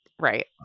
right